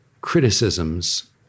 criticisms